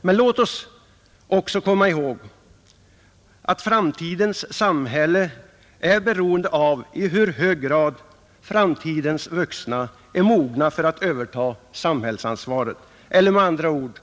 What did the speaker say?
Men låt oss också komma ihåg, att framtidens samhälle är beroende av i hur hög grad framtidens vuxna är mogna för att överta samhällsansvaret, eller med andra ord: